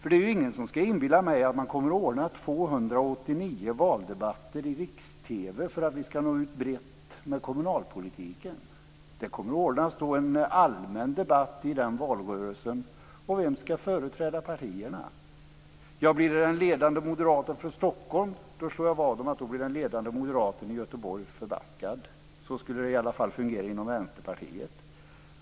Det är ingen som ska inbilla mig att man kommer att ordna 289 valdebatter i riks-TV för att vi ska nå ut brett med kommunalpolitiken. Det kommer att ordnas en allmän debatt i den valrörelsen. Vem ska då företräda partierna? Blir det den ledande moderaten från Stockholm slår jag vad om att den ledande moderaten från Göteborg blir förbaskad. Så skulle i varje fall fungera inom Vänsterpartiet.